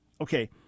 Okay